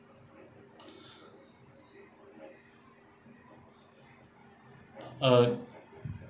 uh